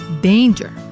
Danger